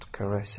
caresses